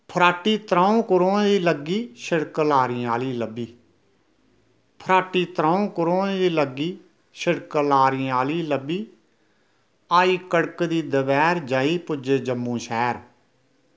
फराट्टी त्र'ऊं क्रोएं दी लग्गी छिड़क लारें आह्ली लब्भी फराट्टी त्र'ऊं क्रोएं दी लग्गी शिड़क लारें आह्ली लब्भी आई कड़कदी दपैह्र जाई पुज्जे जम्मू शैह्र